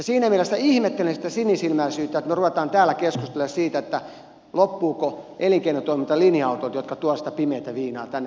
siinä mielessä ihmettelen sitä sinisilmäisyyttä että me rupeamme täällä keskustelemaan siitä loppuuko elinkeinotoiminta linja autoilta tai joiltain muilta jotka tuovat sitä pimeätä viinaa tänne